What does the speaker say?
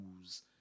use